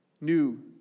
new